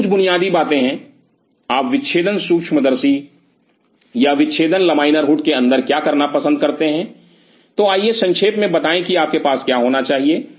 तो ये कुछ बुनियादी बातें हैं आप विच्छेदन सूक्ष्मदर्शी या विच्छेदन लमाइनर हुड के अंदर क्या करना पसंद करते हैं तो आइए संक्षेप में बताएं कि आपके पास क्या होना चाहिए